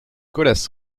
colas